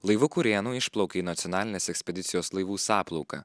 laivu kurėnu išplaukė į nacionalinės ekspedicijos laivų sąplauką